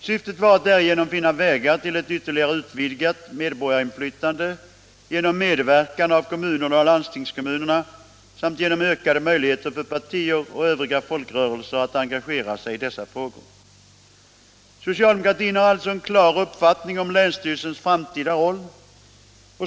Syftet var att därigenom finna vägar till ett ytterligare utvidgat medborgarinflytande genom medverkan av kommunerna och landstingskommunerna samt genom ökade möjligheter för partier och övriga folkrörelser att engagera sig i dessa frågor. Socialdemokratin har alltså en klar uppfattning om länsstyrelsens framtida roll.